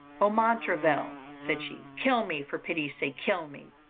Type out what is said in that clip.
oh montraville, said she, kill me, for pity's sake kill me,